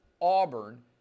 Auburn